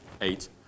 eight